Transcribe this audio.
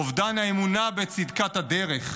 אובדן אמונה בצדקת הדרך,